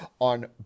on